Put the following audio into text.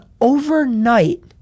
overnight